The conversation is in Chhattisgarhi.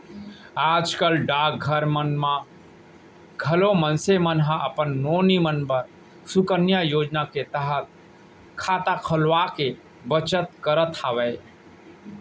आज कल डाकघर मन म घलोक मनसे मन ह अपन नोनी मन बर सुकन्या योजना के तहत खाता खोलवाके बचत करत हवय